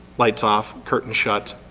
lights off, curtains shut,